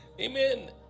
Amen